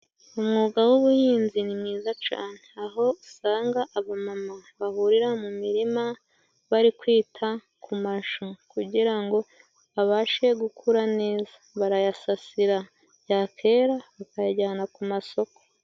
Umwuga w'ubuhinzi ni mwiza cane aho usanga abamama bahurira mu mirima bari kwita ku mashu, kugira ngo abashe gukura neza, barayasasira, yakwera bakayajyana ku masoko.